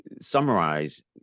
summarize